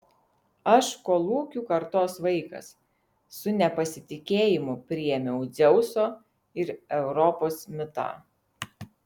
aš kolūkių kartos vaikas su nepasitikėjimu priėmiau dzeuso ir europos mitą